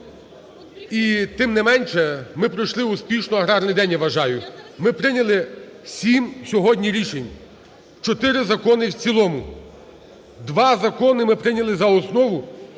і тим не менше, ми пройшли успішно аграрний день, я вважаю. Ми прийняли сім сьогодні рішень: чотири закони в цілому, два закони ми прийняли за основу